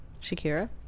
Shakira